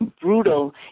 brutal